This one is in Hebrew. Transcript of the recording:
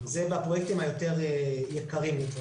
זה בפרויקטים היותר יקרים.